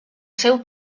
seu